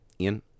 Ian